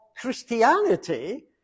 Christianity